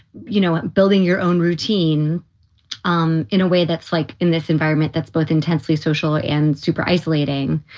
you know, building your own routine um in a way that's like in this environment that's both intensely social and super isolating.